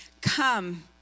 Come